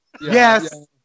Yes